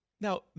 Now